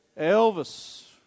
Elvis